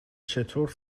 چطور